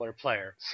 player